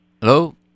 Hello